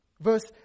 Verse